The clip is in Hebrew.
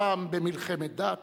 סופן במלחמת דת,